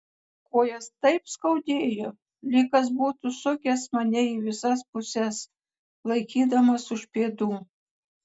kojas taip skaudėjo lyg kas būtų sukęs mane į visas puses laikydamas už pėdų